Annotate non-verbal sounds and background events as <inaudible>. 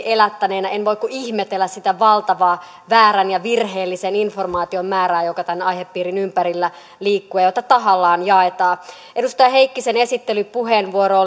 <unintelligible> elättäneenä en voi kuin ihmetellä sitä valtavaa väärän ja virheellisen informaation määrää joka tämän aihepiirin ympärillä liikkuu ja jota tahallaan jaetaan edustaja heikkisen esittelypuheenvuoro <unintelligible>